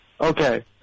Okay